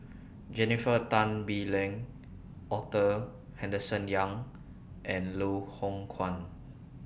Jennifer Tan Bee Leng Arthur Henderson Young and Loh Hoong Kwan